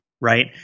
right